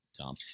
Tom